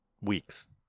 weeks